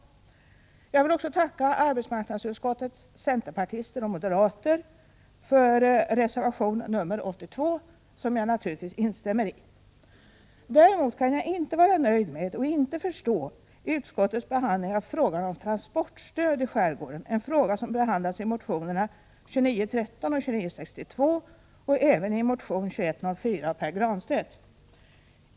Jag vill också tacka arbetsmarknadsutskottets centerpartister och moderater för reservation 82, som jag naturligtvis instämmer i. Däremot kan jag inte vara nöjd med och inte förstå utskottets behandling av frågan om transportstöd i skärgården, en fråga som behandlas i min motion 2913, i motion 2962 av Agne Hansson och Gösta Andersson och även i motion 2104 av Pär Granstedt.